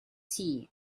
tea